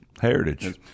heritage